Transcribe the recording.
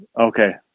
Okay